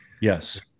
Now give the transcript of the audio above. yes